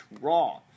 Raw